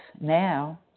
now